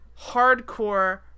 hardcore